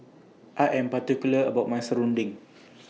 I Am particular about My Serunding